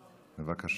בבקשה.